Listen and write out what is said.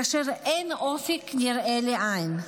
כאשר אין אופק נראה לעין,